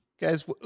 guys